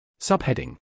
Subheading